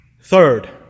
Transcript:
Third